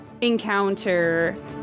encounter